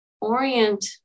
orient